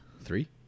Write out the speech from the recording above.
Three